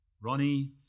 Ronnie